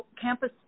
campus